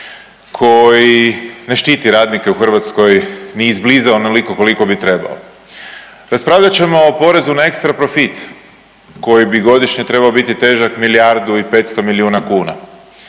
koji ne štiti radnike u Hrvatskoj ni izbliza onoliko koliko bi trebao. Raspravljat ćemo i o porezu na ekstra profit koji bi godišnje trebao biti težak milijardu i 500 milijuna kuna.